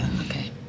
okay